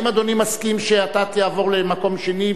האם אדוני מסכים שאתה תעבור למקום שני,